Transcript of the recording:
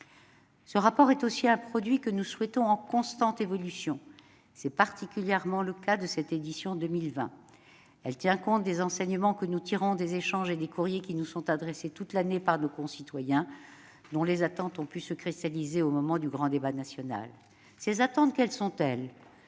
Ce rapport est aussi un produit que nous souhaitons en constante évolution. C'est particulièrement le cas de cette édition 2020 : elle tient compte des enseignements que nous tirons des échanges et des courriers qui nous sont adressés toute l'année par nos concitoyens, dont les attentes se sont cristallisées au moment du grand débat national. Quelles sont ces